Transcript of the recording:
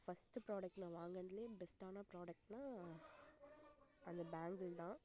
first product நான் வாங்கினதுலே பெஸ்ட்டான ப்ராடக்ட்ன்னா அந்த பேங்கிள் தான்